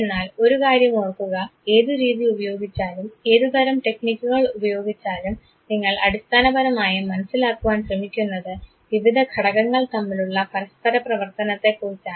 എന്നാൽ ഒരു കാര്യം ഓർക്കുക ഏതു രീതി ഉപയോഗിച്ചാലും ഏതുതരം ടെക്നിക്കുകൾ ഉപയോഗിച്ചാലും നിങ്ങൾ അടിസ്ഥാനപരമായും മനസ്സിലാക്കുവാൻ ശ്രമിക്കുന്നത് വിവിധ ഘടകങ്ങൾ തമ്മിലുള്ള പരസ്പര പ്രവർത്തനത്തെക്കുറിച്ചാണ്